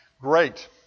Great